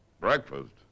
Breakfast